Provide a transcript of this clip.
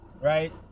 right